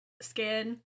skin